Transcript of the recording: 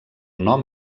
nom